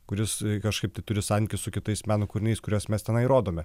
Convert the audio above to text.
kuris kažkaip tai turi santykius su kitais meno kūriniais kuriuos mes tenai rodome